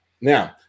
Now